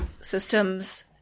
systems